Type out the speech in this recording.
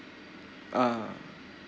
ah